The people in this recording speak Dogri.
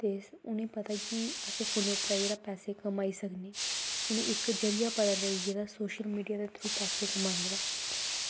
ते उ'नेंगी पता कि अस फोनै उप्परा जेह्ड़े पैसे कमाई सकने उ'नें ई इक जरिया पता लग्गी गेदा सोशल मीडिया दे थ्रू पैसे कमानै दा